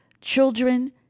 children